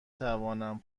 توانم